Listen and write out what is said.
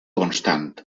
constant